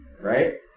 right